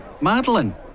Madeline